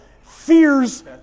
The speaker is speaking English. fears